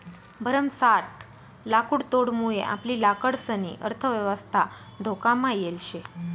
भरमसाठ लाकुडतोडमुये आपली लाकडंसनी अर्थयवस्था धोकामा येल शे